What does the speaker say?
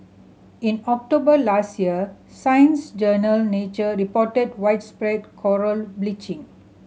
in October last year science journal Nature reported widespread coral bleaching